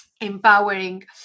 empowering